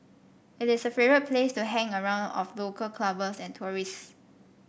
it is a favourite place to hang around of local clubbers and tourists